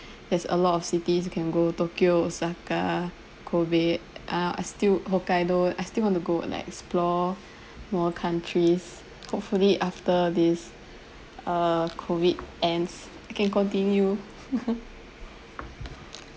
there's a lot of cities you can go tokyo osaka kobe uh I still hokkaido I still wanna go like explore more countries hopefully after this uh COVID ends I can continue